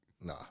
Nah